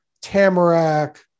Tamarack